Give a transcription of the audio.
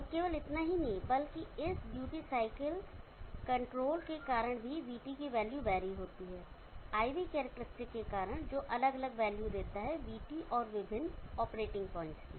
और केवल इतना ही नहीं बल्कि इस ड्यूटी साइकिल कंट्रोल के कारण भी vT की वैल्यू वेरी होती है आईवी कैरेक्टरस्टिक के कारण जो अलग अलग वैल्यू देता है vT और विभिन्न ऑपरेटिंग पॉइंट्स की